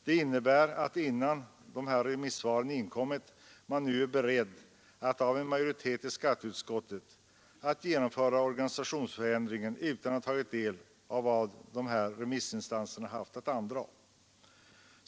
Det innebär att innan dessa remissvar inkommit en majoritet i skatteutskottet nu är beredd att genomföra organisationsförändringen utan att ha kunnat ta del av vad dessa remissinstanser haft att andraga.